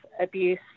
abuse